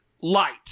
light